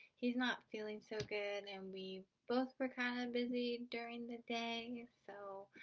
he's not feeling so good and we both but kind of busy during the day so